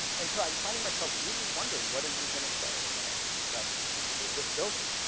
and so i'm finding myself really wondering what are you gonna say about about this building.